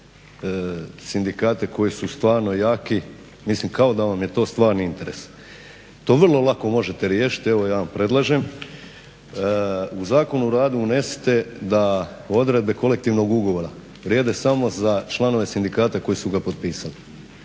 sindikate koji su stvarno jaki, mislim kao da vam je to stvarni interes. To vrlo lako možete riješiti, evo ja vam predlažem u Zakon o radu unesite da odredbe kolektivnog ugovora vrijede samo za članove sindikata koji su ga potpisali.